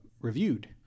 reviewed